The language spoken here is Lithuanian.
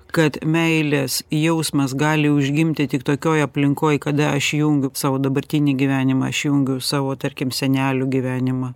kad meilės jausmas gali užgimti tik tokioj aplinkoj kada aš jungiu savo dabartinį gyvenimą aš jungiu savo tarkim senelių gyvenimą